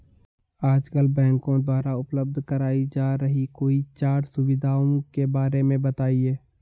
आजकल बैंकों द्वारा उपलब्ध कराई जा रही कोई चार सुविधाओं के बारे में बताइए?